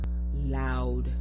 loud